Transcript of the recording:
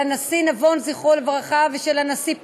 של הנשיא נבון, זכרו לברכה, ושל הנשיא פרס.